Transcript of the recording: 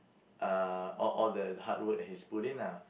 uh all all that hard work that he's put in lah